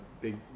big